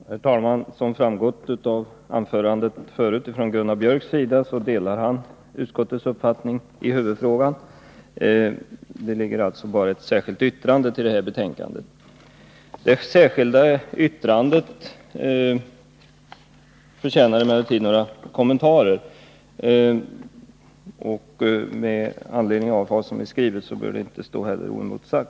Herr talman! Som framgått av Gunnar Biörcks anförande delar han utskottets uppfattning i huvudfrågan. Det föreligger alltså bara ett särskilt yttrande fogat till betänkandet. Detta särskilda yttrande förtjänar emellertid några kommentarer, och det bör inte heller stå oemotsagt.